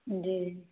जी